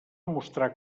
mostrar